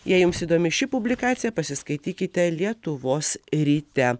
jei jums įdomi ši publikacija pasiskaitykite lietuvos ryte